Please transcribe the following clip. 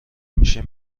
میشه